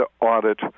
audit